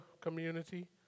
community